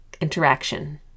interaction